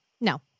No